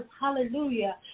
hallelujah